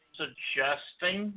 suggesting